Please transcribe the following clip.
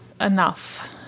enough